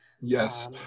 Yes